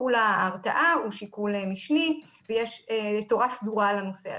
ושיקול ההרתעה הוא שיקול משני ויש תורה סדורה על הנושא הזה.